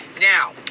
now